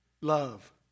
love